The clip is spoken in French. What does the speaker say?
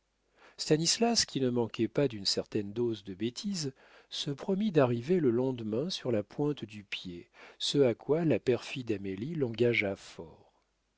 stanislas qui ne manquait pas d'une certaine dose de bêtise se promit d'arriver le lendemain sur la pointe du pied ce à quoi la perfide amélie l'engagea fort